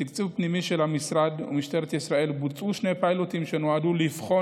בתקצוב פנימי של המשרד ומשטרת ישראל בוצעו שני פיילוטים שנועדו לבחון